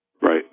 Right